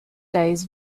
days